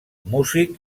músic